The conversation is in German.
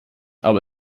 aber